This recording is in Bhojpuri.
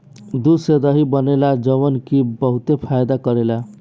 दूध से दही बनेला जवन की बहुते फायदा करेला